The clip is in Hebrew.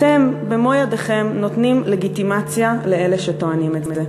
אתם במו-ידיכם נותנים לגיטימציה לאלה שטוענים את זה.